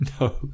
No